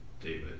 David